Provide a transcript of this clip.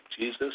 Jesus